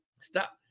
stop